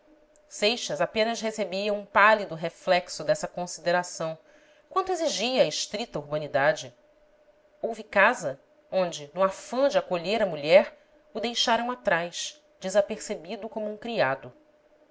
seixas apenas recebia um pálido reflexo dessa consideração quanto exigia a estrita urbanidade houve casa onde no afã de acolher a mulher o deixaram atrás desapercebido como um criado